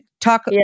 Talk